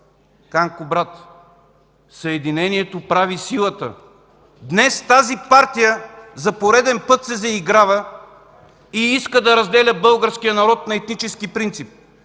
Хан Кубрат: „Съединението прави силата”. Днес тази партия за пореден път се заиграва и иска да разделя българския народ на етнически принцип.